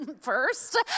first